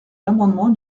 l’amendement